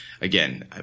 again